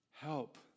help